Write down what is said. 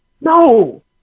no